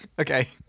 Okay